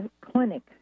clinic